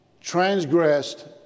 transgressed